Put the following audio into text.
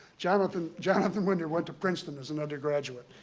jonathan jonathan winder went to princeton as an undergraduate,